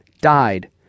died